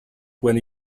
when